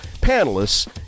panelists